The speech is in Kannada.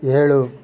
ಏಳು